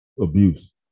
abuse